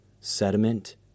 sediment